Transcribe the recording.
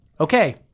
okay